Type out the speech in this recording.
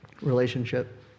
Relationship